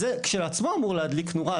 זה, כשלעצמו, אמור להדליק נורה אדומה.